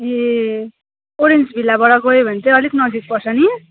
ए orange भिल्लाबाट गयो भने चाहिँ अलिक नजिक पर्छ नि